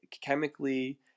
chemically